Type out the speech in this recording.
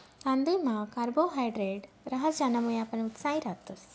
तांदुयमा कार्बोहायड्रेट रहास ज्यानामुये आपण उत्साही रातस